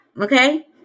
okay